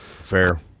Fair